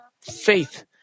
faith